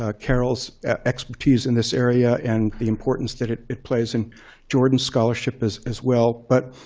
ah carol's expertise in this area and the importance that it it plays in jordan's scholarship, as as well. but